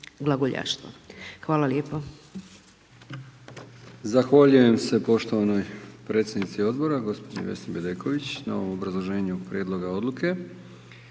Hvala lijepo.